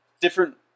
different